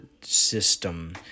system